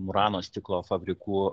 murano stiklo fabrikų